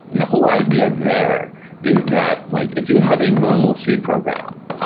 and the whole idea there is that like if you have a normal c program,